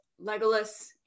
legolas